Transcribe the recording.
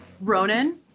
Ronan